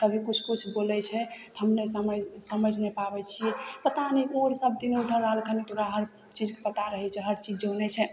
कभी किछु किछु बोलय छै तऽ हम नहि समझि समझि नहि पाबय छियै पता नहि ओ अर सबदिन उधर रहलखिन तऽ ओकरा हर चीजके पता रहय छै हर चीज जनय छै